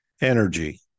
energy